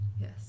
Yes